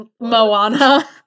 Moana